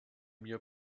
mir